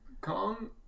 Kong